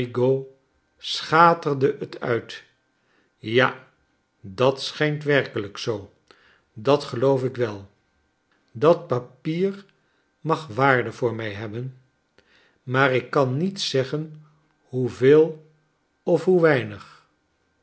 schaterde t uit ja dat schijnt werkelijk zoo dat geloof ik well dat papier mag waarde voor mij hebben maar ik kan niet zeggen hoeveel of hoe weinig